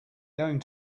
going